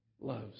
loves